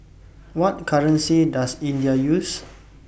What currency Does India use